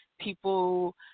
people